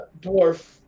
dwarf